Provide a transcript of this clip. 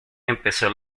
empezó